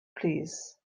plîs